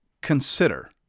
consider